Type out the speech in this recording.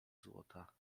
złota